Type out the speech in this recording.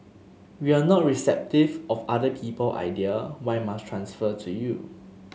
you are not receptive of other people idea why must transfer to you